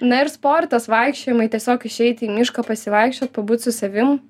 na ir sportas vaikščiojimai tiesiog išeiti į mišką pasivaikščiot pabūt su savim